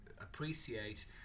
appreciate